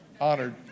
honored